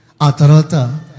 Atarata